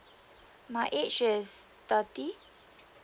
my age is thirty